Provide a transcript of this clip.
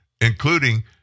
including